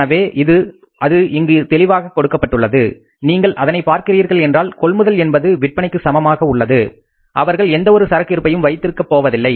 எனவே அது இங்கு தெளிவாக கொடுக்கப்பட்டுள்ளது நீங்கள் அதனை பார்க்கிறீர்கள் என்றால் கொள்முதல் என்பது விற்பனைக்கு சமமாக உள்ளது அவர்கள் எந்த ஒரு சரக்கு இருப்பையும் வைத்திருக்கப் போவதில்லை